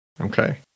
Okay